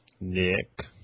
Nick